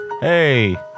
Hey